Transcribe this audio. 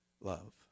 love